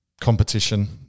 competition